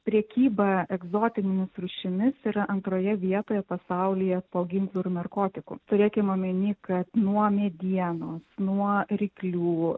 prekyba egzotinėmis rūšimis yra antroje vietoje pasaulyje po ginklų ir narkotikų turėkim omeny kad nuo medienos nuo ryklių